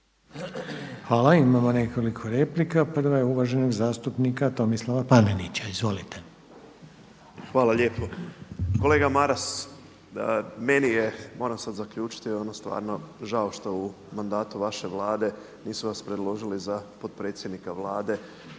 Hvala. Imamo nekoliko replika. Prva je uvaženog zastupnika Tomislava Panenića, izvolite. **Panenić, Tomislav (MOST)** Hvala lijepo. Kolega Maras, meni je moram sad zaključiti stvarno žao što u mandatu vaše Vlade nisu vas predložili za potpredsjednika Vlade